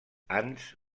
ants